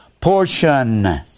portion